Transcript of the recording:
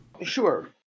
Sure